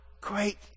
great